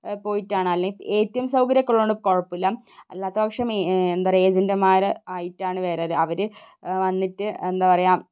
പോയിട്ടാണ് അല്ലെ A T M സൗകര്യം ഒക്കെ ഉള്ളതുകൊണ്ട് കുഴപ്പമില്ല അല്ലാത്തപക്ഷം എന്താ പറയുക ഏജന്റുമാർ ആയിട്ടാണ് വരല് അവർ വന്നിട്ട് എന്താ പറയുക